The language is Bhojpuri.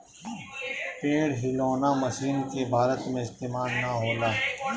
पेड़ हिलौना मशीन के भारत में इस्तेमाल ना होला